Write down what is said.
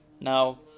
Now